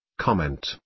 Comment